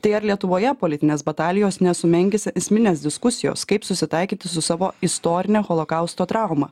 tai ar lietuvoje politinės batalijos nesumenkis esminės diskusijos kaip susitaikyti su savo istorine holokausto trauma